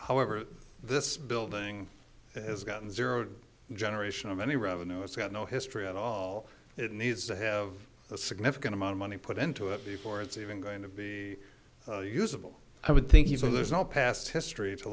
however this building has gotten zero generation of any revenue it's got no history at all it needs to have a significant amount of money put into it before it's even going to be usable i would think you know there's no past history